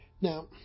Now